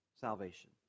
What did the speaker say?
salvation